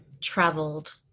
traveled